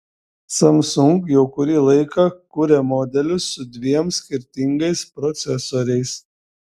samsung jau kurį laiką kuria modelius su dviem skirtingais procesoriais